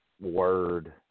word